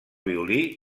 violí